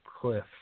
cliff